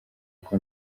uko